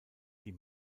die